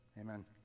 Amen